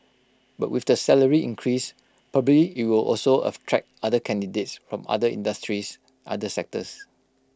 but with the salary increase probably IT will also of attract other candidates from other industries other sectors